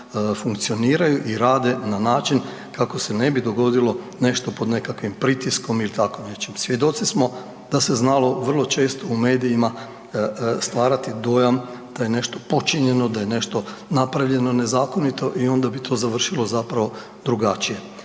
funkcioniraju i rade na način kako se ne bi dogodilo nešto pod nekakvim pritiskom ili tako nečim. Svjedoci smo da se znalo vrlo često u medijima stvarati dojam da je nešto počinjeno, da je nešto napravljeno nezakonito i onda bi to završilo zapravo drugačije.